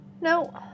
No